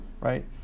right